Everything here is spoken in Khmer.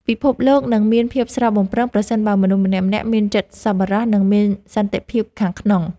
ពិភពលោកនឹងមានភាពស្រស់បំព្រងប្រសិនបើមនុស្សម្នាក់ៗមានចិត្តសប្បុរស និង មានសន្តិភាពខាងក្នុង។